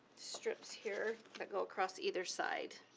strips here, that go across either side.